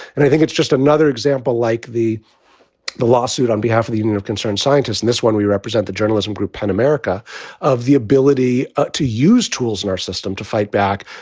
and i think it's just another example like the the lawsuit on behalf of the union of concerned scientists. this one, we represent the journalism group in america of the ability ah to use tools in our system to fight back.